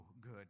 good